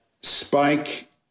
Spike